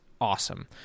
awesome